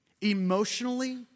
emotionally